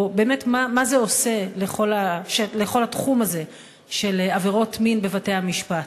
או באמת מה זה עושה לכל התחום הזה של עבירות מין בבתי-המשפט?